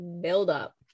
buildup